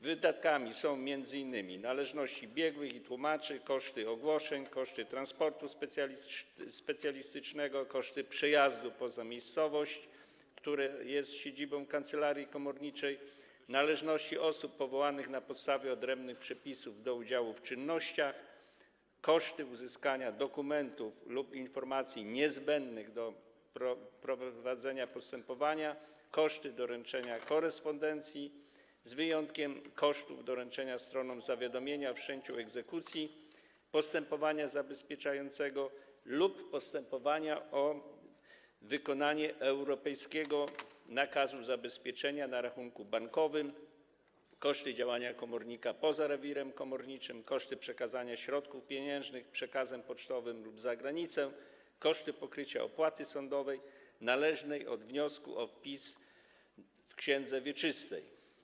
Wydatkami są m.in. należności biegłych i tłumaczy, koszty ogłoszeń, koszty transportu specjalistycznego, koszty przejazdu poza miejscowość, która jest siedzibą kancelarii komorniczej, należności osób powołanych na podstawie odrębnych przepisów do udziału w czynnościach, koszty uzyskania dokumentów lub informacji niezbędnych do prowadzenia postępowania, koszty doręczenia korespondencji, z wyjątkiem kosztów doręczenia stronom zawiadomienia o wszczęciu egzekucji, postępowania zabezpieczającego lub postępowania o wykonanie europejskiego nakazu zabezpieczenia na rachunku bankowym, koszty działania komornika poza rewirem komorniczym, koszty przekazania środków pieniężnych przekazem pocztowym lub za granicę, koszty pokrycia opłaty sądowej należnej od wniosku o wpis w księdze wieczystej.